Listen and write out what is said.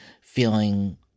feeling